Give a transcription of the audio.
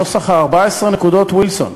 נוסח 14 נקודות וילסון,